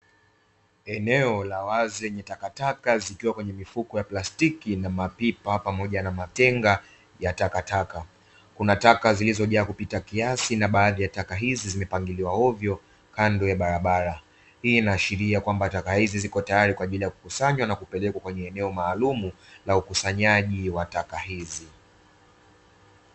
Eneo la wazi lenye takataka zikiwa kwenye mifuko ya plastiki na mapipa pamoja na matenga ya takataka. kuna taka zilizojaa kupita kiasi, baadhi ya taka hizi zimepangiliwa ovyo kando ya barabara. Hii inaashiria kuwa taka hizi zipo tayari kwa ajili ya kukusanywa na kupelekwa kwenye eneo maalumu wa ukusanyaji wataka hizi.